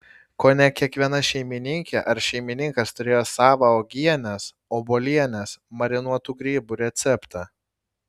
kone kiekviena šeimininkė ar šeimininkas turėjo savą uogienės obuolienės marinuotų grybų receptą